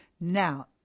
Now